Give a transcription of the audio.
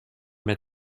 met